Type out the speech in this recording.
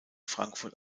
frankfurt